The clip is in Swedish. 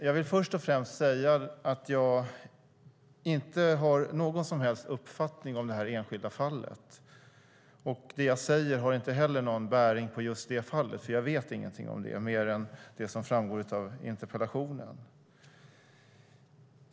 Jag vill först och främst säga att jag inte har någon som helst uppfattning om det här enskilda fallet, och det jag säger har inte heller någon bäring på just det fallet. Jag vet ingenting om det mer än det som framgår av interpellationen.